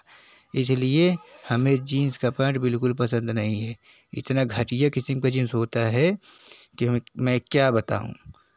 इसलिए हमें जीन्स का पैंट बिलकुल पसंद नहीं है इतना घटिया किस्म का जीन्स होता है की हम म मैं क्या बताऊँ